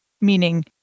meaning